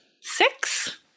Six